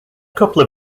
couple